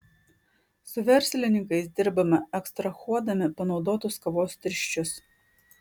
su verslininkais dirbame ekstrahuodami panaudotus kavos tirščius